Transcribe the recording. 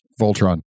voltron